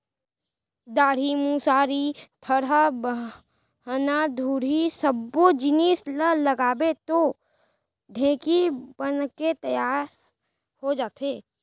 डांड़ी, मुसरी, थरा, बाहना, धुरा सब्बो जिनिस ल लगाबे तौ ढेंकी बनके तियार हो जाथे